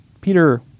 Peter